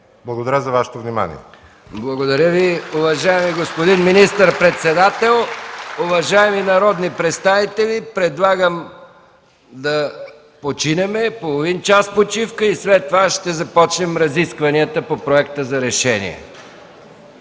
Благодаря Ви, уважаеми господин министър-председател. Уважаеми народни представители, предлагам да направим половин час почивка и след това да започнем разискванията по Проекта за решение.